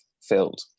filled